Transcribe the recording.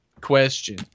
question